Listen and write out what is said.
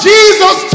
Jesus